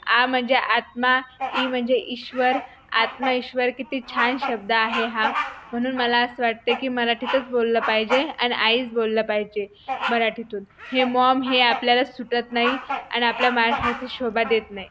आ म्हणजे आत्मा ई म्हणजे ईश्वर आत्मा ईश्वर किती छान शब्द आहे हा म्हणून मला असं वाटतं आहे की मराठीतच बोललं पाहिजे आणि आईच बोललं पाहिजे मराठीतून हे मॉम हे आपल्याला सुटत नाही आणि आपल्या महाराष्ट्रात हे शोभा देत नाही